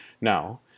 Now